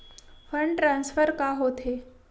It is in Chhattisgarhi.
फंड ट्रान्सफर का होथे?